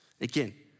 Again